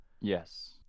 yes